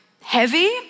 heavy